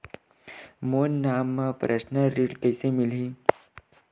मोर नाम म परसनल ऋण कइसे मिलही?